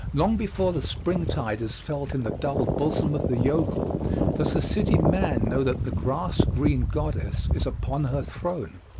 long before the springtide is felt in the dull bosom of the yokel does the city man know that the grass-green goddess is upon her throne.